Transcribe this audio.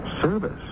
Service